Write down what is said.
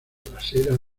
trasera